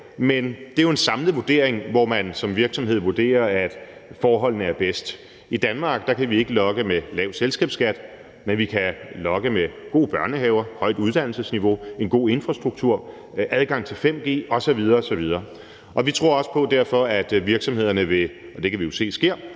Men det er jo en samlet vurdering, hvor man som virksomhed vurderer at forholdene er bedst. I Danmark kan vi ikke lokke med lav selskabsskat, men vi kan lokke med gode børnehaver, højt uddannelsesniveau, en god infrastruktur, adgang til 5G osv. osv. Og vi tror derfor også på, at virksomhederne vil – og det kan vi jo se sker